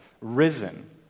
risen